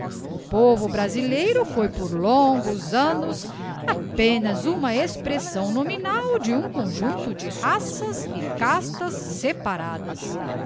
o povo brasileiro foi por longos annos apenas uma expressão nominal de um conjuncto de raças e castas separadas